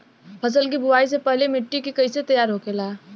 फसल की बुवाई से पहले मिट्टी की कैसे तैयार होखेला?